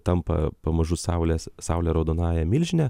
tampa pamažu saulės saulė raudonąja milžine